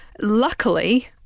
Luckily